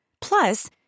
Plus